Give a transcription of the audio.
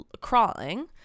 crawling